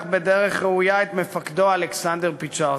בדרך ראויה את זכר מפקדו אלכסנדר פצ'רסקי.